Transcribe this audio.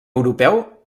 europeu